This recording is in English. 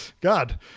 God